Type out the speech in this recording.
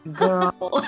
girl